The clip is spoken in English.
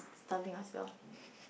starving as well